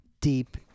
deep